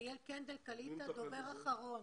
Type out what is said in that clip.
מי מטפל בזה בדרך כלל?